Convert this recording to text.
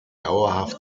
dauerhaft